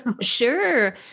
Sure